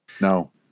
no